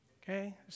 Okay